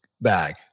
bag